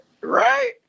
Right